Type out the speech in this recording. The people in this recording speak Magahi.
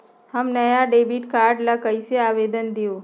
हम नया डेबिट कार्ड ला कईसे आवेदन दिउ?